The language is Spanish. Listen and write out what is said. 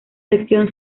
sección